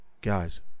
guys